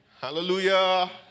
Hallelujah